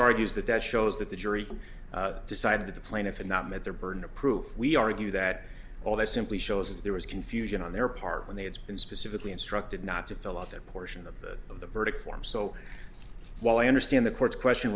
argues that that shows that the jury decided the plaintiff and not met their burden of proof we argue that all this simply shows there was confusion on their part when they had been specifically instructed not to fill out a portion of the of the verdict form so while i understand the court's question